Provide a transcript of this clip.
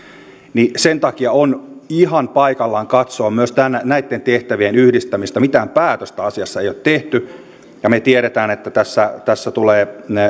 sen takia on ihan paikallaan katsoa myös näitten tehtävien yhdistämistä mitään päätöstä asiassa ei ole tehty kun me tiedämme että tässä tässä tulee